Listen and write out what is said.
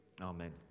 Amen